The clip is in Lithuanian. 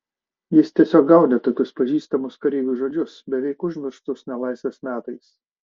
jis tiesiog gaudė tokius pažįstamus kareiviui žodžius beveik užmirštus nelaisvės metais